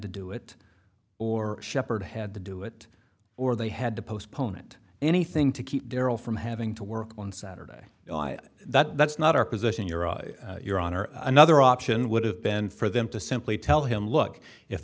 to do it or shepard had to do it or they had to postpone it anything to keep darryl from having to work on saturday that that's not our position you're on your honor another option would have been for them to simply tell him look if